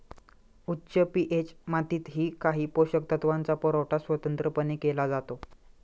उच्च पी.एच मातीतही काही पोषक तत्वांचा पुरवठा स्वतंत्रपणे केला जातो